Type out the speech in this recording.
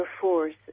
force